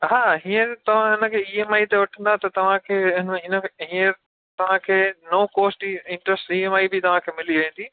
हा हीअंर तव्हां हिनखे ई एम आई ते वठंदा त तव्हांखे हिन में इन में हीअंर तव्हांखे नो कॉस्ट जी interest free E M I बि तव्हांखे मिली वेंदी